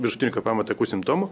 viršutinių kvėpavimo takų simptomų